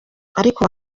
ariko